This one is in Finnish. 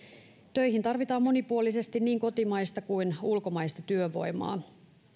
töihin tarvitaan monipuolisesti niin kotimaista kuin ulkomaista työvoimaa